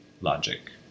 logic